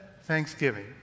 thanksgiving